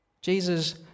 Jesus